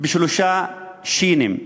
בשלושה שי"נים.